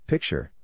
Picture